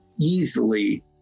easily